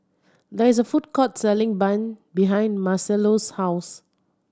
there is a food court selling bun behind Marcelo's house